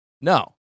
no